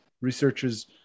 researchers